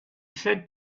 said